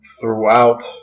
throughout